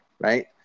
Right